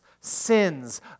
sins